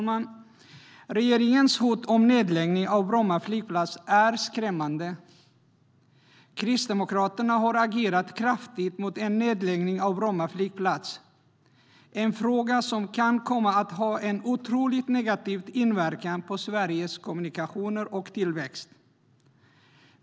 Regeringens hot om nedläggning av Bromma flygplats är skrämmande. Kristdemokraterna har agerat kraftigt mot en nedläggning av Bromma flygplats, en fråga som kan komma att ha en otroligt negativ inverkan på Sveriges kommunikationer och tillväxt.